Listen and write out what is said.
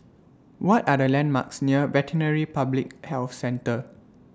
What Are The landmarks near Veterinary Public Health Centre